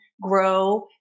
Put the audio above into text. grow